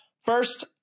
First